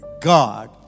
God